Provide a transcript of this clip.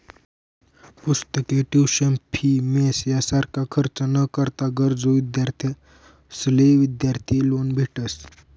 पुस्तके, tuition fee, mess यासारखा खर्च ना करता गरजू विद्यार्थ्यांसले विद्यार्थी लोन भेटस